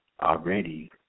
already